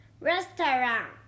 restaurant